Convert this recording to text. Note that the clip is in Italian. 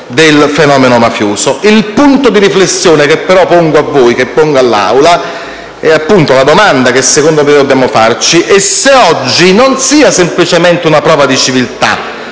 del fenomeno mafioso. Il punto di riflessione che però pongo a voi e pongo all'Aula - ed è appunto la domanda che secondo me dobbiamo farci - è se oggi non sia semplicemente una prova di civiltà,